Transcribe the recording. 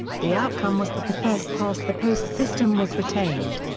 the outcome was that the first past the post system was retained.